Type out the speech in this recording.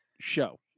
show